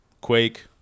Quake